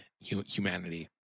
humanity